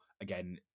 again